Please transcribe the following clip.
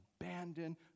abandoned